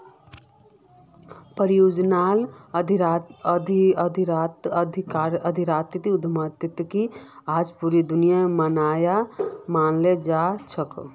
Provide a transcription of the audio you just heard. परियोजनार आधारित उद्यमिताक आज पूरा दुनियात मानाल जा छेक